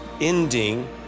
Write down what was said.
ending